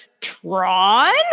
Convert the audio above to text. Tron